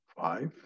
five